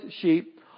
sheep